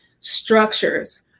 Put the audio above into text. structures